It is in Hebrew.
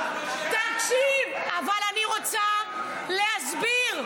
תן לי להסביר.